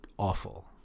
Awful